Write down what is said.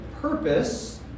purpose